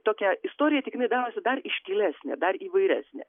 tokią istoriją tik jinai darosi dar iškilesnė dar įvairesnė